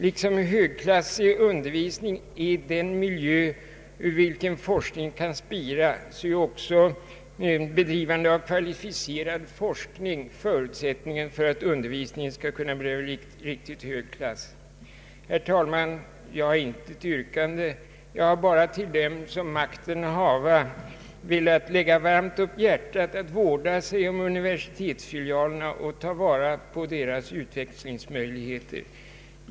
Liksom högklassig undervisning är den miljö ur vilken forskningen kan spira, är också bedrivande av kvalificerad forskning en förutsättning för att undervisningen skall bli av riktigt hög klass. Herr talman! Jag har intet yrkande. Jag har bara velat lägga dem som makten hava varmt om hjärtat att vårda sig om universitetsfilialerna och ta vara på deras utvecklingsmöjligheter.